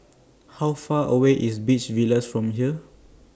How Far away IS Beach Villas from here